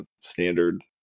standard